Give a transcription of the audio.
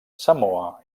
samoa